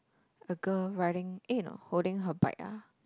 a girl riding eh no holding her bike ah